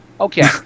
Okay